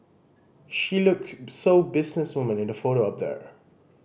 she look so business woman in the photo up there